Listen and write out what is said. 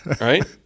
right